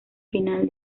final